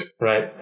Right